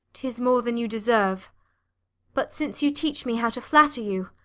tis more than you deserve but since you teach me how to flatter you,